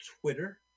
Twitter